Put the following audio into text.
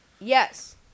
yes